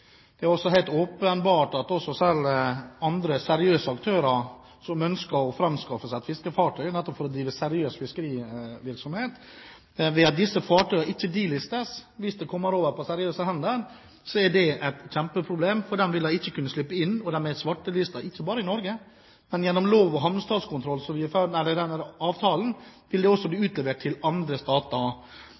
Det er også helt åpenbart at når andre seriøse aktører ønsker å skaffe seg et fiskefartøy nettopp for å drive seriøs fiskerivirksomhet, og disse fartøyene ikke delistes hvis de kommer over på seriøse hender, er det et kjempeproblem, for de ville ikke kunne slippe inn. De er svartelistet ikke bare i Norge, men etter avtalen om havnestatskontroll vil de også bli utlevert til andre stater. Vil